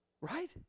right